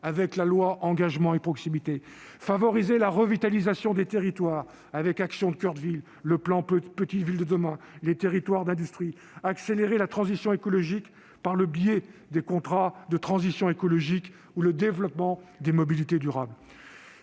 avec la loi Engagement et proximité, de favoriser la revitalisation des territoires, avec les programmes Action coeur de ville, Petites villes de demain et Territoires d'industrie, d'accélérer la transition écologique par le biais des contrats de transition écologique ou le déploiement des mobilités durables.